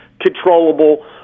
controllable